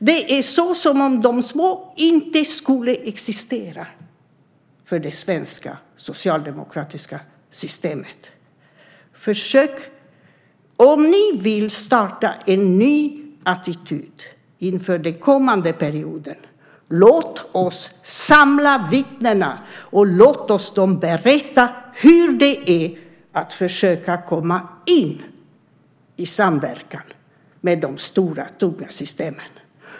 Det är som om de små inte existerar för det svenska socialdemokratiska systemet. Om ni vill starta en ny attityd inför den kommande perioden, låt oss samla vittnena och låt dem berätta hur det är att försöka komma in i samverkan med de stora tunga systemen.